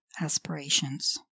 aspirations